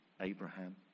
Abraham